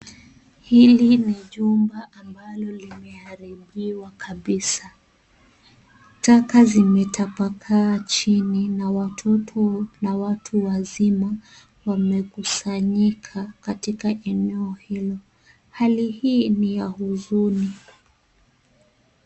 Hili ni jumbabambalo limeharibiwa kabisa. Taka zimetapakaa chini na watoto na watu wazima wamekusanyika katika eneo hilo. Hali hii ni ya huzuni.